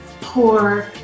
poor